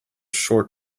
short